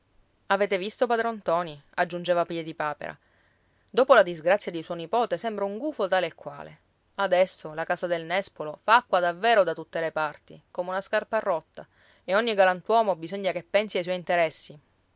avete visto padron ntoni aggiungeva piedipapera dopo la disgrazia di suo nipote sembra un gufo tale e quale adesso la casa del nespolo fa acqua davvero da tutte le parti come una scarpa rotta e ogni galantuomo bisogna che pensi ai suoi interessi